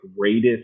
greatest